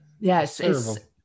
Yes